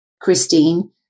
Christine